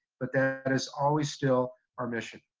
but that and is always still our mission.